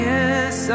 Yes